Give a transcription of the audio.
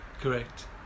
Correct